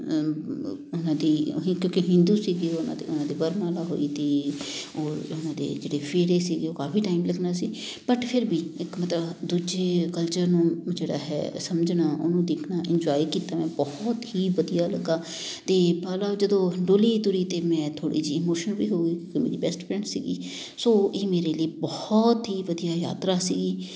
ਉਹਨਾਂ ਦੀ ਕਿਉਂਕਿ ਹਿੰਦੂ ਸੀਗੇ ਵਰਮਾਲਾ ਹੋਈ ਤੀ ਔਰ ਉਹਨਾਂ ਨੇ ਜਿਹੜੇ ਫੇਰੇ ਸੀ ਉਹ ਕਾਫੀ ਟਾਈਮ ਲੱਗਣਾ ਸੀ ਬਟ ਫਿਰ ਵੀ ਇੱਕ ਮਤਲਬ ਦੂਜੇ ਕਲਚਰ ਨੂੰ ਜਿਹੜਾ ਹੈ ਸਮਝਣਾ ਉਹਨੂੰ ਦੇਖਣਾ ਇੰਜੋਏ ਕੀਤਾ ਮੈਂ ਬਹੁਤ ਹੀ ਵਧੀਆ ਲੱਗਾ ਅਤੇ ਜਦੋਂ ਡੋਲੀ ਤੁਰੀ ਅਤੇ ਮੈਂ ਥੋੜ੍ਹੀ ਜਿਹੀ ਇਮੋਸ਼ਨਲ ਵੀ ਹੋ ਗਈ ਕਿਉਂਕਿ ਮੇਰੀ ਬੈਸਟ ਫਰੈਂਡਸ ਸੀਗੀ ਸੋ ਇਹ ਮੇਰੇ ਲਈ ਬਹੁਤ ਹੀ ਵਧੀਆ ਯਾਤਰਾ ਸੀਗੀ